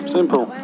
Simple